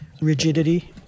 Rigidity